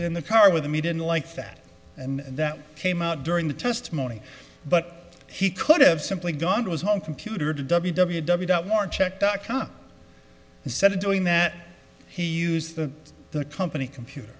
in the car with me didn't like that and that came out during the testimony but he could have simply gone to his home computer to w w w out more check dot com instead of doing that he used the company computer